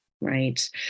right